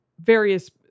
various